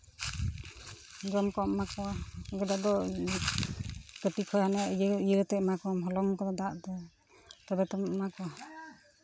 ᱡᱚᱢ ᱠᱚᱢ ᱮᱢᱟ ᱠᱚᱣᱟ ᱜᱮᱰᱮ ᱫᱚ ᱠᱟᱹᱴᱤᱡ ᱠᱷᱚᱱ ᱦᱟᱱᱮ ᱤᱭᱟᱹ ᱠᱟᱛᱮ ᱮᱢᱟ ᱠᱚᱢ ᱦᱚᱞᱚᱝ ᱠᱚ ᱫᱟᱜ ᱛᱮ ᱛᱚᱵᱮ ᱛᱚᱢ ᱮᱢᱟ ᱠᱚᱣᱟ